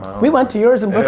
we went to yours and but